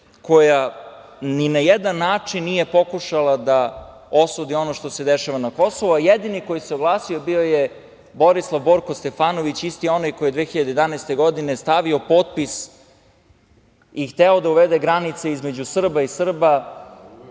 koja ni na jedan način nije pokušala da osudi ono što se dešava na Kosovu. Jedini koji se oglasio bio je Borislav Borko Stefanović, isti onaj koji je 2011. godine stavio potpis i hteo da uvede granice između Srba i Srba,